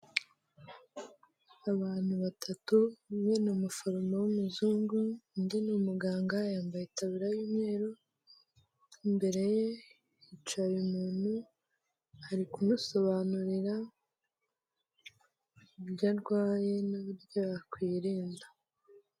Abantu batatu, umwe ni umuforomo w'umuzungu, undi ni umuganga yambaye itaburiya y'umweru, imbere ye hicaye umuntu, ari kumusobanurira ibyo arwaye n'uburyo yakwirinda.